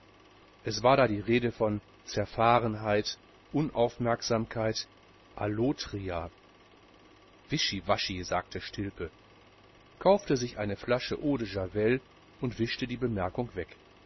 es war da die rede von zerfahrenheit unaufmerksamkeit allotria wischiwaschi sagte stilpe kaufte sich eine flasche eau de javelle und wischte die bemerkung weg